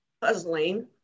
puzzling